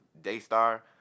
Daystar